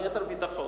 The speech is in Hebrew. ליתר ביטחון.